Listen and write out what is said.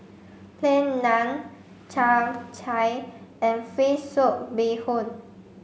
Plain Naan Chap Chai and fish soup Bee Hoon